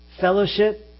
Fellowship